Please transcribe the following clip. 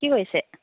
কি কৰিছে